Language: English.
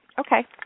Okay